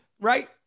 right